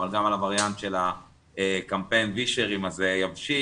אבל גם על הווריאנט של קמפיין הווישרים הזה יבשיל,